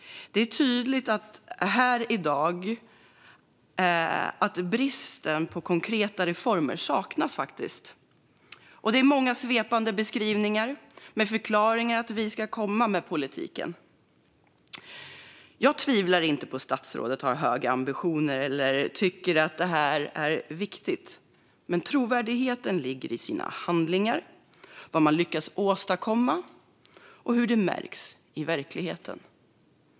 Det är tydligt här i dag att konkreta reformer saknas. Det är många svepande beskrivningar med förklaringar om att man ska komma med politik. Jag tvivlar inte på att statsrådet har höga ambitioner och tycker att det här är viktigt. Men trovärdigheten ligger i handlingar, vad man lyckas åstadkomma och hur det märks i verkligheten.